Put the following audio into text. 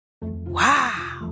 Wow